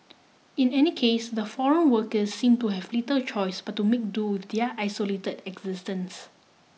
in any case the foreign workers seem to have little choice but to make do with their isolate existence